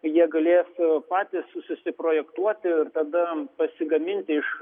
jie galės patys susiprojektuoti ir tada pasigaminti iš